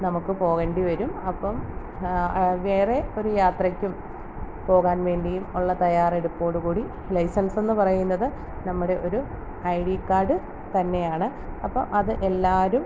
നമുക്ക് പോകേണ്ടി വരും അപ്പം വേറെ ഒരു യാത്രയ്ക്കും പോകാൻ വേണ്ടീ ഉള്ള തയ്യാറെടുപ്പോട് കൂടി ലൈസൻസെന്ന് പറയുന്നത് നമ്മുടെ ഒരു ഐ ഡീ ക്കാഡ് തന്നെയാണ് അപ്പം അത് എല്ലാവരും